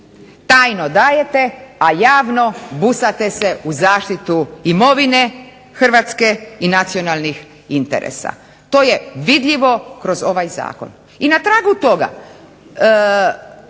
Tajno dajete a javno busate se u zaštitu imovine Hrvatske i nacionalnih interesa to je vidljivo kroz ovaj zakon. I na tragu toga